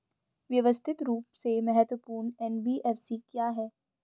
व्यवस्थित रूप से महत्वपूर्ण एन.बी.एफ.सी क्या हैं?